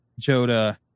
Joda